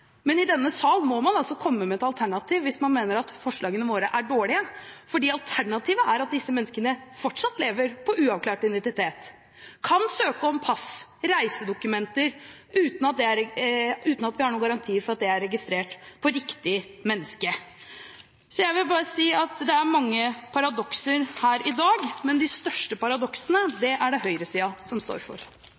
et alternativ hvis man mener at forslagene våre er dårlige, for alternativet er at disse menneskene fortsatt lever med uavklart identitet, kan søke om pass og reisedokumenter, uten at vi har noen garanti for at det er registrert på riktig menneske. Så jeg vil bare si at det er mange paradokser her i dag, men de største paradoksene er det høyresiden som står for.